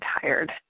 tired